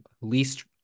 Least